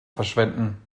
verschwenden